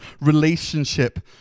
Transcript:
relationship